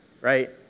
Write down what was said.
right